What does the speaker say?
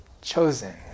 chosen